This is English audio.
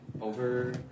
over